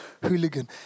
hooligan